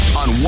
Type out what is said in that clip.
on